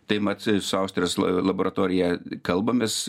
tai mat su austrijos laboratorija kalbamės